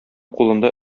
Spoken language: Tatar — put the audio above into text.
кулында